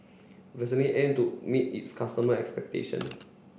Vaselin aim to meet its customer expectation